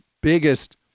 biggest